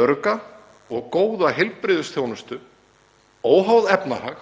örugga og góða heilbrigðisþjónustu óháð efnahag